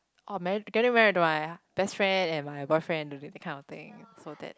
oh marr~ getting married to my best friend and my boyfriend know that kind of thing so that